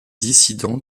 dissidents